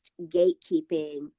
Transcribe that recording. gatekeeping